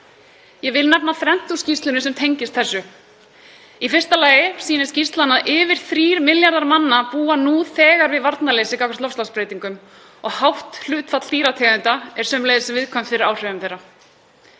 Ég vil nefna þrennt úr skýrslunni sem tengist þessu: Í fyrsta lagi sýnir skýrslan að yfir 3 milljarðar manna búa nú þegar við varnarleysi gagnvart loftslagsbreytingum og hátt hlutfall dýrategunda er sömuleiðis viðkvæmt fyrir áhrifum þeirra.